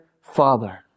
Father